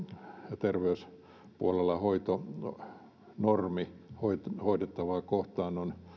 ja terveyspuolen hoitonormi hoidettavaa hoidettavaa kohtaan on